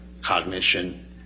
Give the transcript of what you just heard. cognition